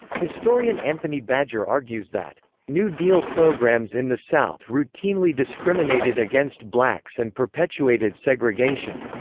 historian anthony badger argues that new deal programs in the south routinely discriminated against blacks and perpetuated segregation.